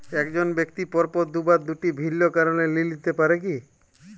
এক জন ব্যক্তি পরপর দুবার দুটি ভিন্ন কারণে ঋণ নিতে পারে কী?